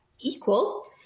equal